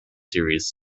series